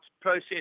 process